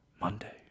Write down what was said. Monday